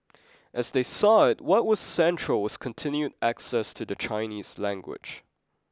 as they saw it what was central was continued access to the Chinese language